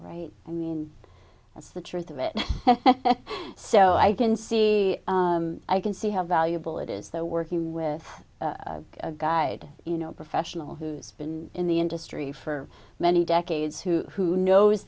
right i mean that's the truth of it so i can see i can see how valuable it is though working with a guide you know professional who's been in the industry for many decades who knows